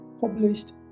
published